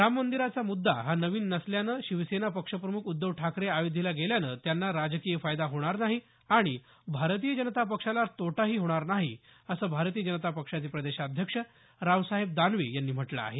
राम मंदिराचा मुद्दा हा नवीन नसल्यामुळे शिवसेना पक्षप्रमुख उध्दव ठाकरे अयोध्येला गेल्यामुळे त्यांना राजकीय फायदा होणार नाही आणि भारतीय जनता पक्षाला तोटाही होणार नाही असं भारतीय जनता पक्षाचे प्रदेशाध्यक्ष रावसाहेब दानवे यांनी म्हटलं आहे